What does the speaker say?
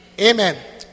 Amen